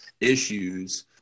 issues